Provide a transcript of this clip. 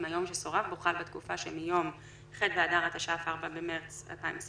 אם היום שסורב בו חל בתקופה שמיום ח׳ באדר התש״ף (4 במרס 2020)